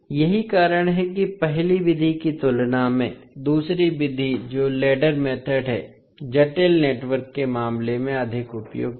यही कारण है कि पहली विधि की तुलना में दूसरी विधि जो लैडर मेथोड है जटिल नेटवर्क के मामले में अधिक उपयुक्त है